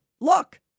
look